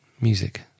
music